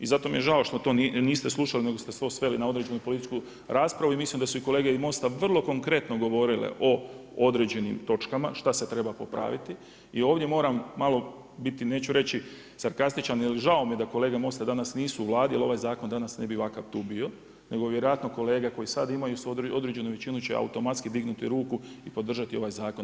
I zato mi je žao što to niste slušali nego ste to sveli na određenu političku raspravu i mislim da su i kolege iz MOST-a vrlo konkretno govorile o određenim točkama, šta se treba popraviti i ovdje moram malo biti neću reći sarkastičan, jer žao mi je da kolege iz MOST-a danas nisu u Vladi, jer ovaj zakon danas ovakav tu bio, nego bi vjerojatno kolege koji sad imaju određenu većinu će automatski dignuti ruku i podržati ovaj zakon.